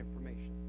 information